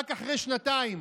רק אחרי שנתיים.